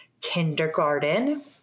kindergarten